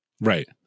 Right